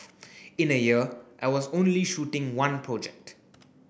in a year I was only shooting one project